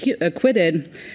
acquitted